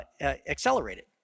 accelerated